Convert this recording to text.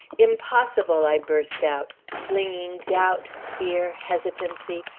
impossible! i burst out, flinging doubt, fear, hesitancy,